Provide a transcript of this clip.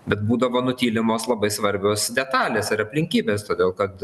bet būdavo nutylimos labai svarbios detalės ir aplinkybės todėl kad